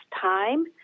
time